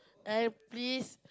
uh please